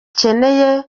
bakeneye